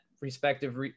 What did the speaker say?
respective